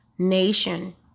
nation